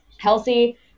healthy